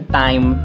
time